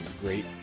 great